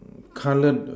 colored err